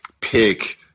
pick